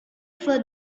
for